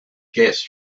gas